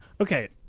okay